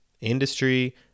industry